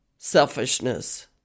selfishness